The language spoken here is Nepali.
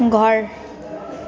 घर